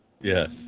Yes